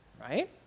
right